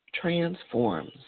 transforms